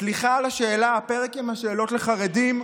"סליחה על השאלה", הפרק עם השאלות לחרדים,